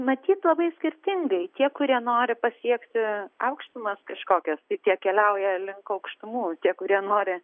matyt labai skirtingai tie kurie nori pasiekti aukštumas kažkokias tai tie keliauja link aukštumų tie kurie nori